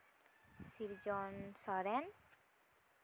ᱥᱤᱨᱡᱚᱱ ᱥᱚᱨᱮᱱ